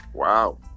Wow